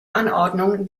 anordnung